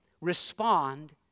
respond